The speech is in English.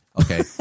okay